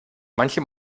manche